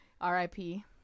R-I-P